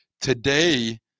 Today